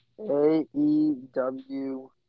A-E-W